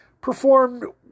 performed